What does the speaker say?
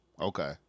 Okay